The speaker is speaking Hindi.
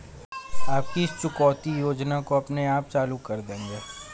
आप किस चुकौती योजना को अपने आप चालू कर देंगे?